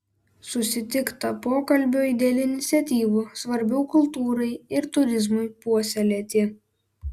susitikta pokalbiui dėl iniciatyvų svarbių kultūrai ir turizmui puoselėti